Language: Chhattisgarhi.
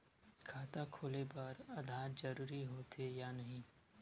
खाता खोले बार आधार जरूरी हो थे या नहीं?